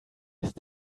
heißt